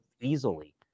easily